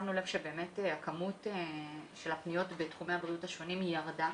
שמנו לב שבאמת כמות הפניות בתחומי הבריאות השונים ירדה